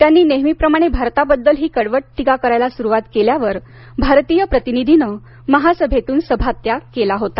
त्यांनी नेहमीप्रमाणे भारताबद्दल ही कडवट टीका करायला सुरुवात केल्यावर भारतीय प्रतिनिधीनं महासाभेतून सभात्याग केला होता